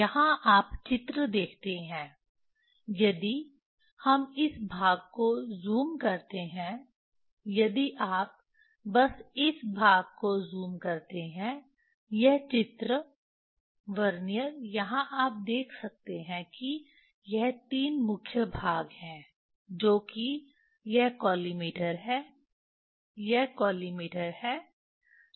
यहाँ आप चित्र देखते हैं यदि हम इस भाग को ज़ूम करते हैं यदि आप बस इस भाग को ज़ूम करते हैं यह चित्र वर्नियर यहाँ आप देख सकते हैं कि यह तीन मुख्य भाग हैं जो कि यह कॉलिमेटर है यह कॉलिमेटर है